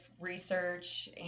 research